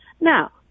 Now